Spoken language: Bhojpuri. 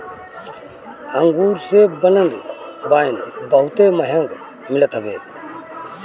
अंगूर से बनल वाइन बहुते महंग मिलत हवे